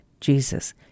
Jesus